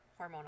hormonal